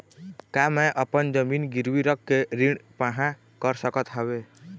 का मैं अपन जमीन गिरवी रख के ऋण पाहां कर सकत हावे?